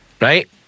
right